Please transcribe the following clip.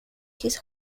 his